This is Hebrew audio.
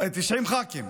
90 ח"כים.